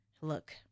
look